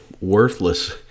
worthless